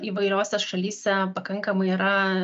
įvairiose šalyse pakankamai yra